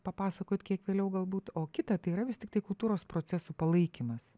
papasakot kiek vėliau galbūt o kita tai yra vis tiktai kultūros procesų palaikymas